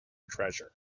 treasure